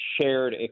shared